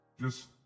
just-